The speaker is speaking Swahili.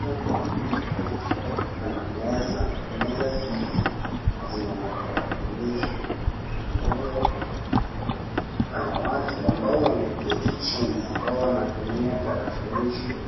hapa panaonekana pana meza, meza hizi zina matarakilishi ambayo yana watu ambao wameketi chini ambao wanatumia tarakilishi